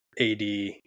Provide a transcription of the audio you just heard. AD